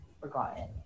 forgotten